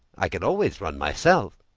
i can always run myself.